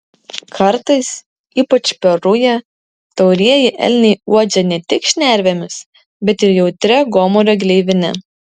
kartais ypač per rują taurieji elniai uodžia ne tik šnervėmis bet ir jautria gomurio gleivine